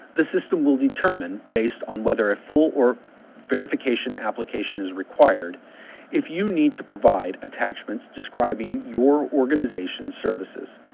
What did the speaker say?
the system will determine based on whether a full or verification application is required if you need to provide attachments describing your organization's services.